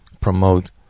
promote